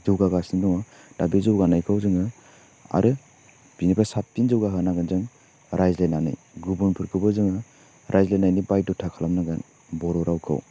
जौगागासिनो दङ दा बे जौगानायखौ जोङो आरो बिनिफ्राय साबफिन जौगा होनांगोन जों रायज्लायनानै गुबुनफोरखौबो जोङो रायज्लायनायनि बायद'था खालामनांगोन बर' रावखौ